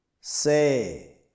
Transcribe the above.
Say